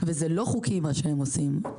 וזה לא חוקי, מה שהם עושים.